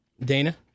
Dana